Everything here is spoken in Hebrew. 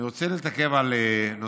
אני רוצה להתעכב על נושא.